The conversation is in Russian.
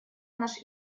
наш